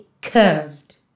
Curved